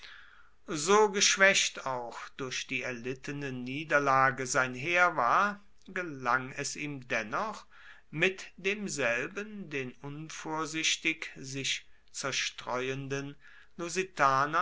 so geschwächt auch durch die erlittene niederlage sein heer war gelang es ihm dennoch mit demselben den unvorsichtig sich zerstreuenden